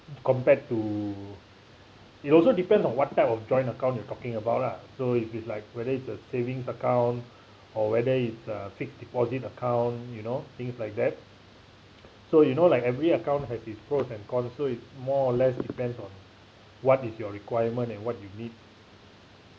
compared to it also depends on what type of joint account you're talking about lah so if it's like whether it's a savings account or whether it's a fixed deposit account you know things like that so you know like every account has its pros and cons so it's more or less depends on what is your requirement and what you need